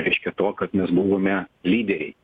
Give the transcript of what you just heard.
reiškia tuo kad mes buvome lyderiai